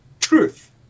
truth